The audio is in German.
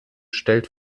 stellt